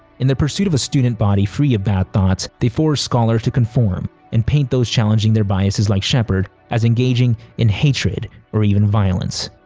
in their pursuit of a student body free of bad thoughts, they force scholars to conform and paint those challenging their biases like shepherd as engaging in hatred or even violence.